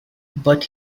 but